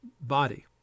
body